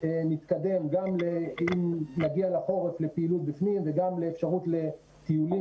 נתקדם גם לתקופת החורף לפעילות בפנים וגם לאפשרות של טיולים,